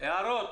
יש הערות?